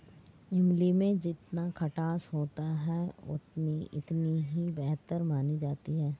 इमली में जितना खटास होता है इतनी ही बेहतर मानी जाती है